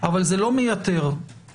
אבל זה לא מייתר את